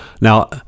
Now